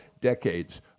decades